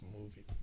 movie